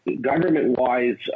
government-wise